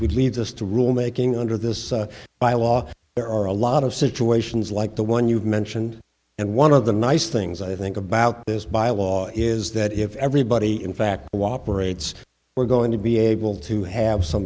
week leads us to rule making under this by law there are a lot of situations like the one you've mentioned and one of the nice things i think about this by a law is that if everybody in fact whopper rates were going to be able to have some